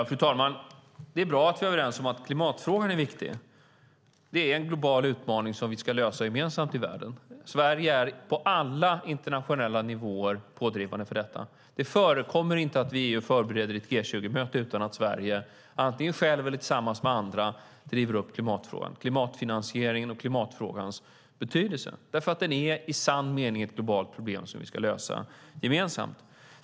Fru talman! Det är bra att vi är överens om att klimatfrågan är viktig. Det är en global utmaning som vi ska lösa gemensamt i världen. Sverige är på alla internationella nivåer pådrivande för detta. Det förekommer inte att vi i EU förbereder ett G20-möte utan att Sverige antingen självt eller tillsammans med andra driver upp klimatfinansieringens och klimatfrågans betydelse, därför att det är i sann mening ett globalt problem som vi ska lösa gemensamt.